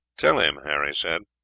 tell him, harry said,